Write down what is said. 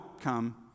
come